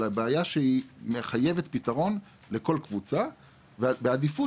אלא בעיה שהיא מחייבת פתרון לכל קבוצה ובעדיפות